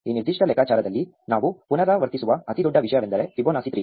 ಈ ನಿರ್ದಿಷ್ಟ ಲೆಕ್ಕಾಚಾರದಲ್ಲಿ ನಾವು ಪುನರಾವರ್ತಿಸುವ ಅತಿದೊಡ್ಡ ವಿಷಯವೆಂದರೆ ಫಿಬೊನಾಸಿ 3